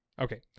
okay